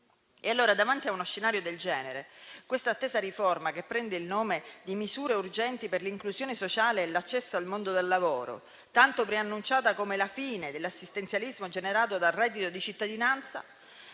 E allora, davanti a uno scenario del genere, questa attesa riforma che prende il nome di «Misure urgenti per l'inclusione sociale e l'accesso al mondo del lavoro», tanto preannunciata come la fine dell'assistenzialismo generato dal reddito di cittadinanza,